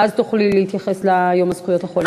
ואז תוכלי להתייחס ליום זכויות החולה.